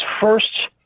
first